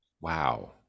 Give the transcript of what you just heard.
Wow